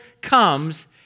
comes